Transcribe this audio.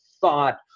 thought